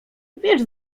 wiesz